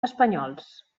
espanyols